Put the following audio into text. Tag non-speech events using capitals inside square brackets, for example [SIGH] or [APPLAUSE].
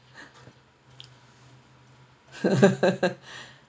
[BREATH] [LAUGHS]